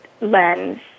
lens